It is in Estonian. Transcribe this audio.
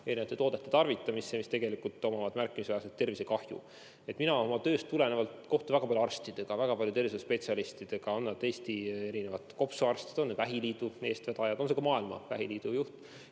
erinevate toodete tarvitamisse, mis tegelikult omavad märkimisväärselt kahjulikku mõju tervisele. Mina oma tööst tulenevalt kohtun väga palju arstidega, väga palju tervishoiuspetsialistidega, on nad Eesti kopsuarstid, on nad vähiliidu eestvedajad, on see maailma vähiliidu juht.